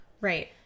Right